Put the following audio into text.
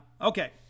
Okay